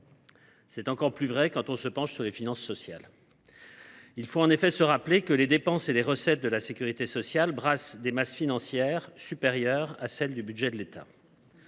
C’est encore plus vrai quand on se penche sur les finances sociales ! Il faut en effet se rappeler que les dépenses et les recettes de la sécurité sociale brassent des masses financières supérieures à celles du budget de l’État.